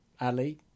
Ali